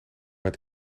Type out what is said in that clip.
het